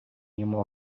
йому